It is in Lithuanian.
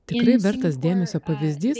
tikrai vertas dėmesio pavyzdys